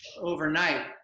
overnight